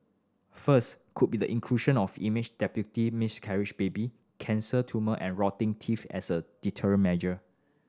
first could be the inclusion of image depicting miscarriage baby cancer tumour and rotting teeth as a deterrent measure